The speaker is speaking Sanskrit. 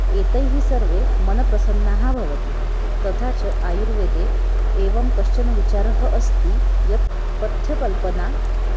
एतैः सर्वेः मनः प्रसन्नं भवति तथा च आयुर्वेदे एवं कश्चन विचारः अस्ति यत् पथ्यकल्पना